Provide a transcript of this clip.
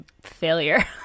failure